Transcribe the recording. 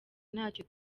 ntacyo